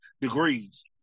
degrees